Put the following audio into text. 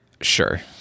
Sure